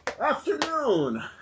Afternoon